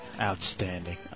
Outstanding